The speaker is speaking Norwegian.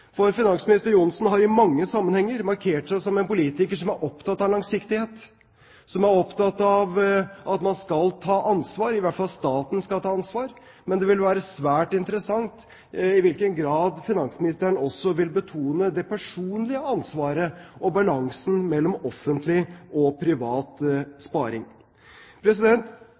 for finansminister Johnsen har i mange sammenhenger markert seg som en politiker som er opptatt av langsiktighet, som er opptatt av at man skal ta ansvar – i hvert fall skal staten ta ansvar. Men det vil være svært interessant i hvilken grad finansministeren også vil betone det personlige ansvaret og balansen mellom offentlig og privat sparing.